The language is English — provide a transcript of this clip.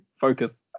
focus